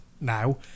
now